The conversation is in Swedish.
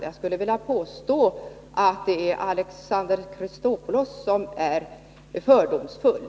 Jag skulle vilja påstå att det är Alexander Chrisopoulos som är fördomsfull.